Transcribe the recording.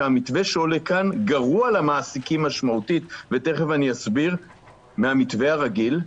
הוא שהמתווה שעולה כאן גרוע למעסיקים משמעותית מהמתווה הרגיל,